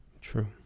true